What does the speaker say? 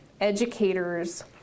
educators